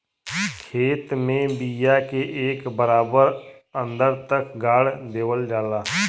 खेत में बिया के एक बराबर अन्दर तक गाड़ देवल जाला